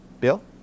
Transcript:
Bill